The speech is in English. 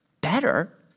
better